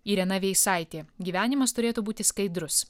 irena veisaitė gyvenimas turėtų būti skaidrus